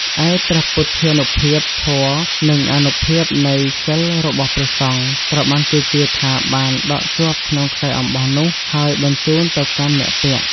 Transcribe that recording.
ឯ ព្រះពុទ្ធានុភាព ធម៌ និងអានុភាពនៃសីលរបស់ព្រះសង្ឃ ត្រូវបានគេជឿថាបានដក់ជាប់ក្នុងខ្សែអំបោះនោះ ហើយបញ្ជូនទៅកាន់អ្នកពាក់។